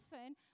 often